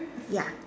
ya